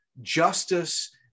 justice